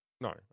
No